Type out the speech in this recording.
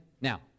now